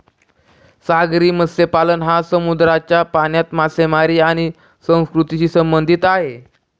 सागरी मत्स्यपालन हा समुद्राच्या पाण्यात मासेमारी आणि संस्कृतीशी संबंधित आहे